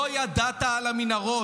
לא ידעת על המנהרות,